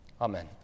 Amen